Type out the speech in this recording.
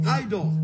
idol